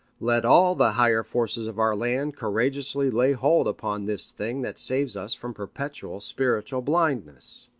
let all the higher forces of our land courageously lay hold upon this thing that saves us from perpetual spiritual blindness.